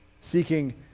seeking